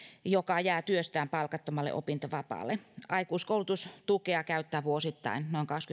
joka jää työstään palkattomalle opintovapaalle aikuiskoulutustukea käyttää vuosittain